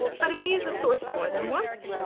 but if you use a source more than once,